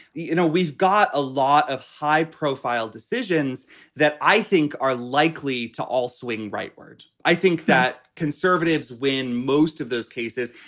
you know, we've got a lot of high profile decisions that i think are likely to all swing rightward. i think that conservatives win most of those cases.